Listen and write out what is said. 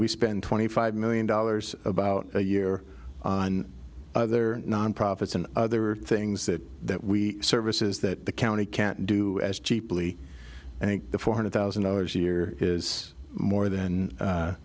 we spend twenty five million dollars about a year on other non profits and other things that that we services that the county can't do as cheaply i think the four hundred thousand dollars a year is more than